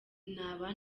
naba